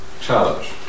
challenge